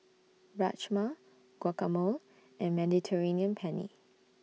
Rajma Guacamole and Mediterranean Penne